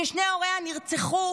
ששני הוריה נרצחו